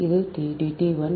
இது T 1